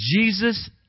Jesus